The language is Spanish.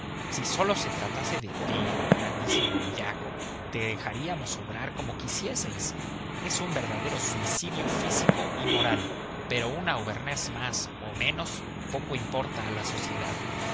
si sólo se tratase de ti grandísimo bellaco te dejaríamos obrar como quisieses es un verdadero suicidio físico y moral pero un auvernés más o menos poco importa a la sociedad